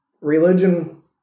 religion